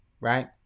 right